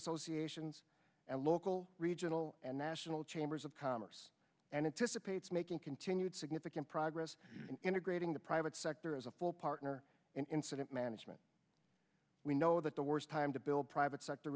associations and local regional and national chambers of commerce and it dissipates making continued significant progress in integrating the private sector as a full partner in incident management we know that the worst time to build private sector